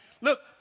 Look